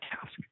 task